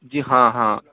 जी हाँ हाँ